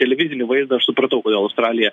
televizinį vaizdą aš supratau kodėl australija